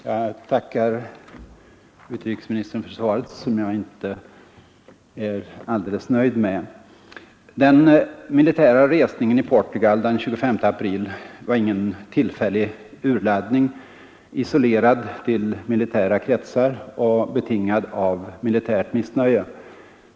Herr talman! Jag tackar utrikesministern för svaret, som jag inte är helt nöjd med. Den militära resningen i Portugal den 25 april var ingen tillfällig urladdning, isolerad till militära kretsar och betingad av militärt missnöje.